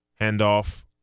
handoff